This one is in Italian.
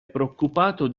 preoccupato